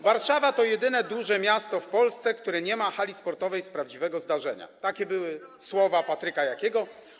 Warszawa to jedyne duże miasto w Polsce, które nie ma hali sportowej z prawdziwego zdarzenia - takie były słowa Patryka Jakiego.